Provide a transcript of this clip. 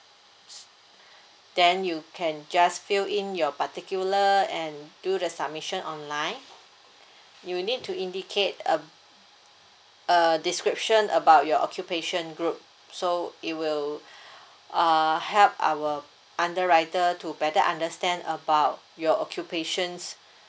then you can just fill in your particular and do the submission online you need to indicate a~ uh description about your occupation group so it will err help our underwriter to better understand about your occupations